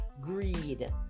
Greed